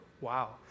wow